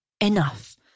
enough